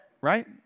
right